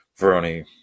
Veroni